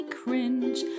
cringe